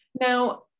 Now